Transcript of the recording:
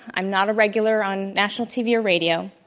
i'm not a regular on national t. v. or radio.